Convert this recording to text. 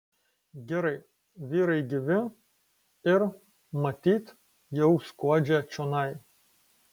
gerai vyrai gyvi ir matyt jau skuodžia čionai